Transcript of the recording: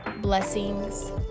Blessings